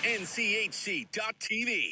nchc.tv